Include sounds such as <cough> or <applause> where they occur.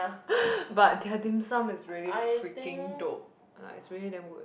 <breath> but their dim-sum is really freaking dope ah it's really damn good